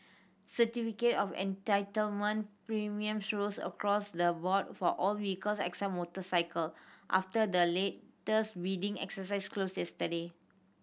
certificate of Entitlement premiums rose across the board for all vehicles except motorcycle after the latest bidding exercise closed yesterday